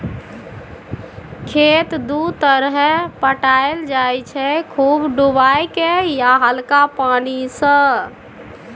खेत दु तरहे पटाएल जाइ छै खुब डुबाए केँ या हल्का पानि सँ